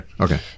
Okay